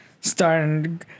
starting